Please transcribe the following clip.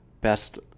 best